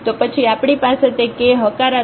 તો પછી આપણી પાસે તે K હકારાત્મક છે